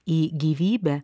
į gyvybę